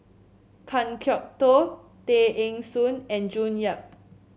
Kan Kwok Toh Tay Eng Soon and June Yap